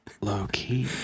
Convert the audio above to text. Low-key